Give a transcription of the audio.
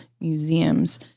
museums